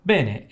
Bene